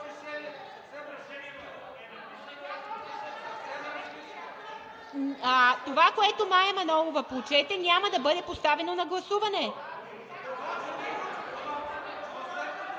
Това, което Мая Манолова прочете, няма да бъде поставено на гласуване,